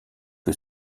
que